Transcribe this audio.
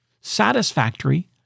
satisfactory